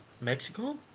Mexico